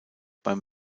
beim